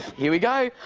here we go.